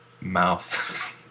mouth